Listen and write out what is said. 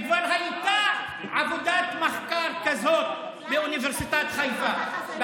כבר הייתה עבודת מחקר כזאת באוניברסיטת חיפה.